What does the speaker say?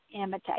imitate